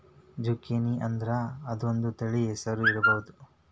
ಜುಕೇನಿಅಂದ್ರ ಅದೊಂದ ತಳಿ ಹೆಸರು ಇರ್ಬಹುದ